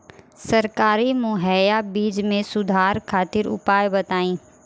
सरकारी मुहैया बीज में सुधार खातिर उपाय बताई?